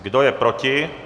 Kdo je proti?